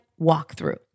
Walkthrough